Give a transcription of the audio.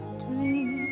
dream